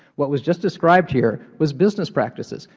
what was just described here was business practices.